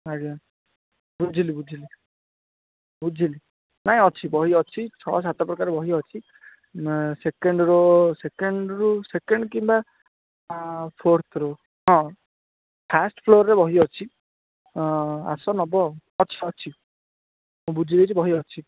ଆଜ୍ଞା ବୁଝିଲି ବୁଝିଲି ବୁଝିଲି ନାଇଁ ଅଛି ବହି ଅଛି ଛଅ ସାତ ପ୍ରକାର ବହି ଅଛି ନା second row second row second କିମ୍ବା ଫୋର୍ଥ ରୋ ହଁ ଫାଷ୍ଟ ଫ୍ଲୋରରେ ବହି ଅଛି ଆସ ନେବ ଆଉ ଅଛି ଅଛି ମୁଁ ବୁଝି ଦେଇଛି ବହି ଅଛି